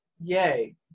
yay